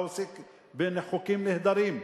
אתה עוסק בחוקים נהדרים,